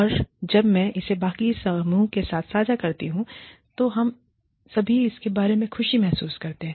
और जब मैं इसे बाकी समूह के साथ साझा करती हूं तो हम सभी इसके बारे में खुशी महसूस करते हैं